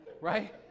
right